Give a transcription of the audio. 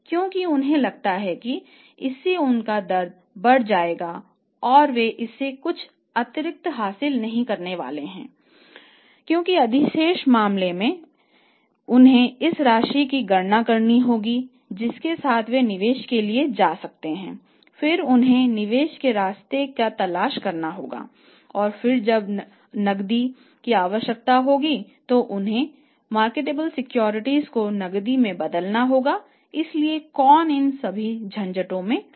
corporate कार्यालय में उन्हें प्लांटस को नकदी में बदलना होगा इसलिए कौन इन सभी झंझटों में पड़ेगा